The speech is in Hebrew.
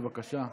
בבקשה.